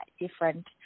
different